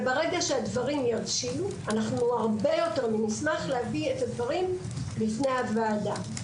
ברגע שהדברים יבשילו אנחנו נשמח מאוד להביא את הדברים בפני הוועדה.